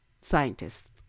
scientists